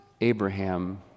Abraham